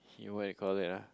he what it called it ah